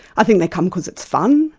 i think they come because it's fun,